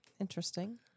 interesting